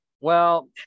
Well-